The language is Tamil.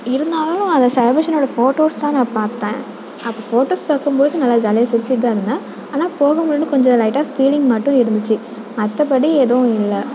இருந்தாலும் அந்த செலப்ரேஷனோட ஃபோட்டோஸ்யெலாம் நான் பார்ப்பேன் அப்போ ஃபோட்டோஸ் பார்க்கும்போது நல்லா ஜாலியாக சிரிச்சிட்டு தான் இருந்தேன் ஆனால் போக முடிலனு கொஞ்சம் லைட்டாக ஃபீலிங் மட்டும் இருந்துச்சு மற்றபடி எதுவும் இல்லை